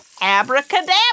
Abracadabra